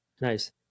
Nice